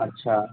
अच्छा